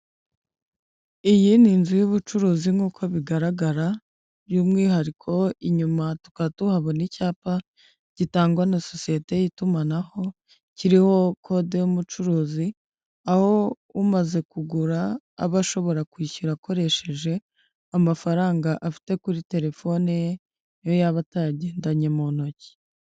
Iyi ni inzu y'ubucuruzi nk'uko bigaragara, by'umwihariko inyuma tuka tuhabona icyapa gitangwa na sosiyete y'itumanaho, kiriho kode y'umucuruzi, aho umaze kugura aba ashobora kwishyura akoresheje amafaranga afite kuri terefone ye, niyo yaba atagendanye mu ntoki.